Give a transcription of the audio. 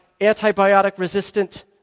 antibiotic-resistant